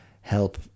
help